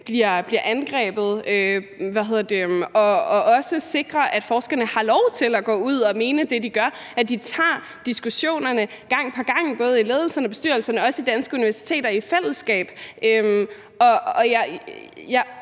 bliver angrebet, og også for at sikre, at forskerne har lov til at gå ud og mene det, de gør. De tager diskussionerne gang på gang, både i ledelserne og i bestyrelserne og også blandt de danske universiteter i fællesskab.